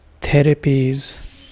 therapies